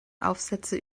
aufsätze